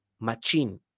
machine